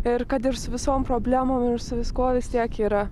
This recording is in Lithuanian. ir kad ir visom problemom ir su viskuo vis tiek yra